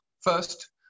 First